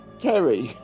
Kerry